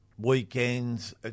weekends